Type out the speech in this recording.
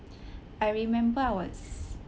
I remember I was